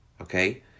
Okay